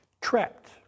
trapped